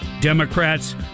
democrats